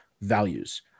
values